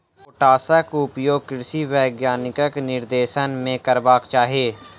पोटासक उपयोग कृषि वैज्ञानिकक निर्देशन मे करबाक चाही